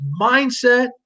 mindset